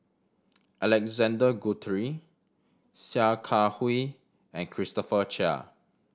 Alexander Guthrie Sia Kah Hui and Christopher Chia